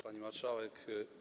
Pani Marszałek!